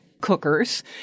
cookers